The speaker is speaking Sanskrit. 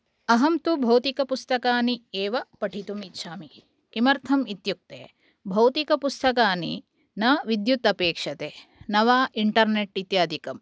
अहं तु भौतिकपुस्तकानि एव पठितुम् इच्छामि किमर्थम् इत्युक्ते भौतिकपुस्तकानि न विद्युत् अपेक्षते न वा इन्टर्नेट् इत्यादिकम्